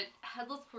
Headless